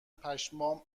پشمام